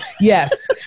Yes